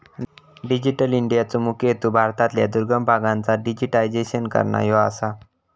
digital इंडियाचो मुख्य हेतू भारतातल्या दुर्गम भागांचा डिजिटायझेशन करना ह्यो आसा